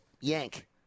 Yank